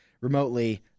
remotely